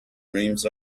dreams